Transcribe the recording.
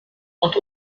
und